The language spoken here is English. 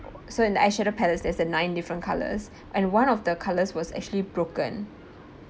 so in eye shadow palette there's a nine different colors and one of the colors was actually broken